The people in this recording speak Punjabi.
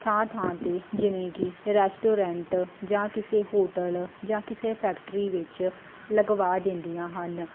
ਥਾਂ ਥਾਂ 'ਤੇ ਜਿਵੇਂ ਕਿ ਰੈਸਟੋਰੈਂਟ ਜਾਂ ਕਿਸੇ ਹੋਟਲ ਜਾਂ ਕਿਸੇ ਫੈਕਟਰੀ ਵਿੱਚ ਲਗਵਾ ਦਿੰਦੀਆਂ ਹਨ